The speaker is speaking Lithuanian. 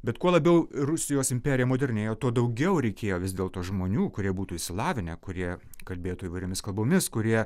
bet kuo labiau rusijos imperija modernėjo tuo daugiau reikėjo vis dėlto žmonių kurie būtų išsilavinę kurie kalbėtų įvairiomis kalbomis kurie